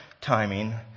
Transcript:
timing